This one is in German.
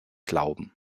glauben